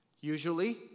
usually